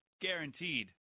Guaranteed